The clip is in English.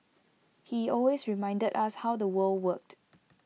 he always reminded us how the world worked